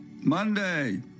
Monday